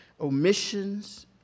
omissions